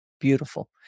Beautiful